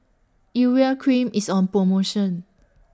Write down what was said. Urea Cream IS on promotion